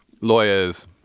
lawyers